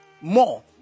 more